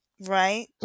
Right